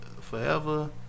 forever